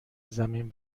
زمین